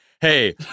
Hey